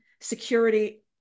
security